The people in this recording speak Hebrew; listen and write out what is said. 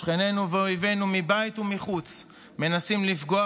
שכנינו ואויבינו מבית ומחוץ מנסים לפגוע